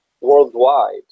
worldwide